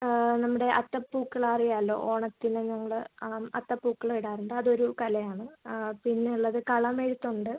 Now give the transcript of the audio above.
നമ്മുടെ അത്തപ്പൂക്കൾ അറിയാമല്ലോ ഓണത്തിന് ഞങ്ങൾ അത്തപ്പൂക്കളം ഇടാറുണ്ട് അത് ഒരു കല ആണ് പിന്നെ ഉള്ളത് കളമെഴുത്ത് ഉണ്ട്